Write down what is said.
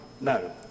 No